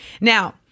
Now